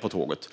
på tåget.